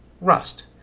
rust